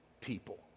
people